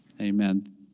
Amen